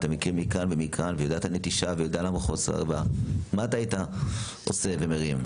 מכיר מכאן ומכאן ומכיר את הנטישה" מה אתה היית עושה ומרים?